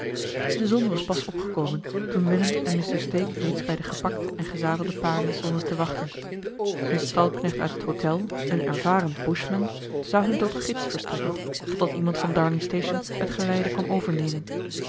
de zon was pas opgekomen toen willem en mr stake reeds bij de gepakte en gezadelde paarden stonden te wachten een stalknecht uit het hôtel een ervaren bushman zou hun tot gids verstrekken totdat iemand van darlingstation het geleide kwam overnemen